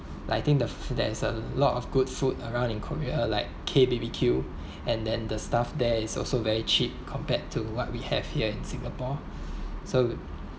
like I think the food there is a lot of good food around in korea like k B_B_Q and then the stuff there is also very cheap compared to what we have here in singapore so